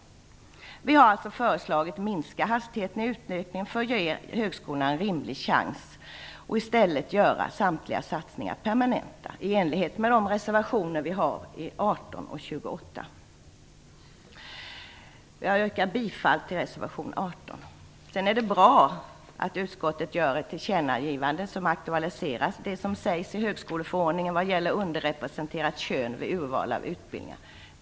Vi har i reservationerna nr 18 och 28 föreslagit en minskning av hastigheten i utökningen för att ge högskolorna en rimlig chans och att i stället samtliga satsningar görs permanenta. Jag yrkar bifall till reservation 18. Det är bra att utskottet gör ett tillkännagivande som aktualiserar det som sägs i högskoleförordningen om underrepresenterat kön vid urval av utbildningar.